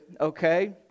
Okay